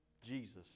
Jesus